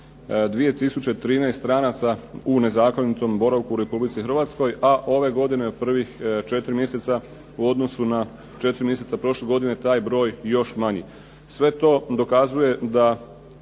2013 stranaca u nezakonitom boravku u Republici Hrvatskoj, a ove godine u prvih 4 mjeseca u odnosu na 4 mjeseca prošle godine, taj broj je još manji. Sve to dokazuje da